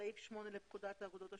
סעיף 8 לפקודת האגודות השיתופית.